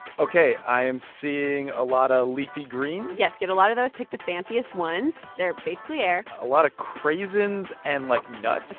ok, i am seeing a lot of leafy greens yes, get a lot of those. pick the fanciest ones. they're basically air a lot of craisins and, like, nuts ok,